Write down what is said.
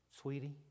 Sweetie